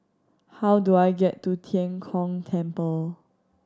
how do I get to Tian Kong Temple